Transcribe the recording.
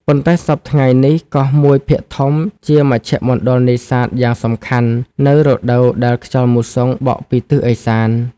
ប៉ុន្តែ សព្វថ្ងៃនេះ កោះមួយភាគធំជាមជ្ឈមណ្ឌលនេសាទយ៉ាងសំខាន់ នៅរដូវដែលខ្យល់មូសុងបក់ពី ទិសឦសាន ។